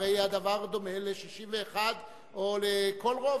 הרי הדבר דומה ל-61 או לכל רוב.